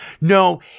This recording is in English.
No